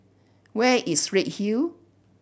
where is Redhill